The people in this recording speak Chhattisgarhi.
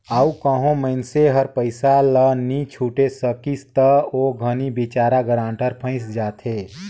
अउ कहों मइनसे हर पइसा ल नी छुटे सकिस ता ओ घनी बिचारा गारंटर फंइस जाथे